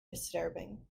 disturbing